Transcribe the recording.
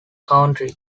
country